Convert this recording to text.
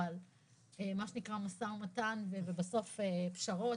אבל מה שנקרא משא ומתן ובסוף פשרות,